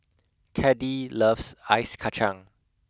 Caddie loves ice kachang